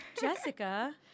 Jessica